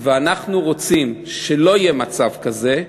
ואנחנו רוצים שלא יהיה מצב כזה,